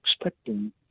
expecting